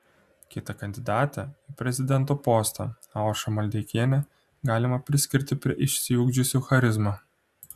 kitą kandidatę į prezidento postą aušrą maldeikienę galima priskirti prie išsiugdžiusių charizmą